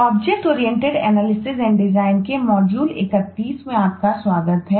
object oriented analysis and design है